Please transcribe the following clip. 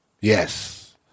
Yes